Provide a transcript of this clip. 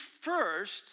first